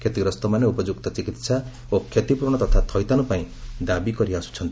କ୍ଷତିଗ୍ରସ୍ତମାନେ ଉପଯୁକ୍ତ ଚିକିତ୍ସା ଓ କ୍ଷତିପୂରଣ ତଥା ଥଇଥାନ ପାଇଁ ଦାବି କରି ଆସୁଛନ୍ତି